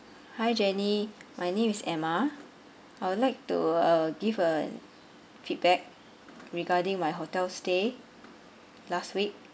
hi jenny my name is emma I would like to uh give a feedback regarding my hotel stay last week